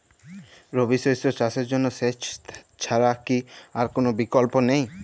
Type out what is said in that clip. রবি শস্য চাষের জন্য সেচ ছাড়া কি আর কোন বিকল্প নেই?